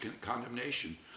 condemnation